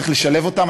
וצריך לשלב אותם.